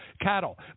cattle